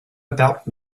about